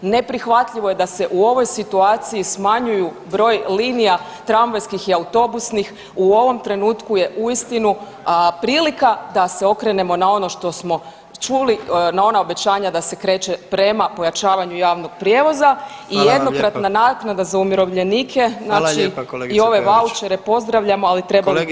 Neprihvatljivo je da se u ovoj situaciji smanjuju broj linija tramvajskih i autobusnih u ovom trenutku je uistinu prilika da se okrenemo na ono što smo čuli, na ona obećanja da se kreće prema pojačavanju javnog prijevoza i jednokratna [[Upadica: Hvala vam lijepa.]] naknada za umirovljenike znači [[Upadica: Hvala lijepa kolegice Peović.]] i ove vaučere pozdravljamo, ali trebali bi biti